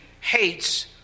hates